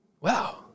wow